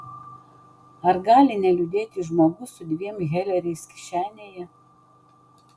ar gali neliūdėti žmogus su dviem heleriais kišenėje